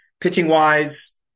Pitching-wise